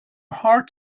heart